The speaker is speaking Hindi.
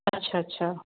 अच्छा अच्छा